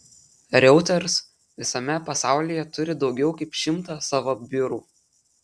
reuters visame pasaulyje turi daugiau kaip šimtą savo biurų